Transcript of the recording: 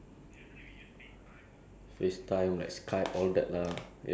like I really never talk for this long like on a phone for this long before